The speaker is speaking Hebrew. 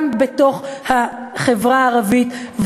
גם בתוך החברה הערבית,